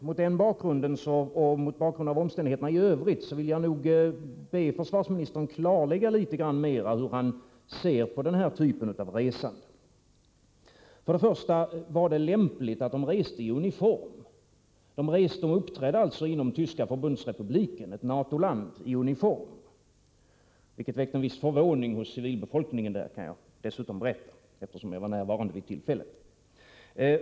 Mot den bakgrunden och med tanke på omständigheterna i övrigt vill jag be försvarsministern att ytterligare något klarlägga hur han ser på den här typen av resor. För det första: Var det lämpligt att man reste i uniform? Man uppträdde alltså i uniform i Tyska förbundsrepubliken, ett NATO-land. Eftersom jag var närvarande vid tillfället, kan jag berätta att det väckte en viss förvåning hos civilbefolkningen där.